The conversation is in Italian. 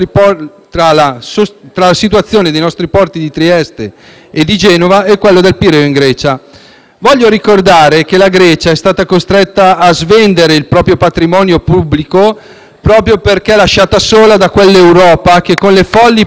Voglio ricordare che la Grecia è stata costretta a svendere il proprio patrimonio pubblico proprio perché lasciata sola da quell'Europa che, con le folli politiche di austerità, ha devastato il tessuto industriale della Grecia stessa.